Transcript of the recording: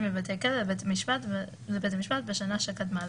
מבתי הכלא לבית המשפט בשנה שקדמה לדיווח."